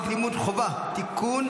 הצעת חוק לימוד חובה (תיקון,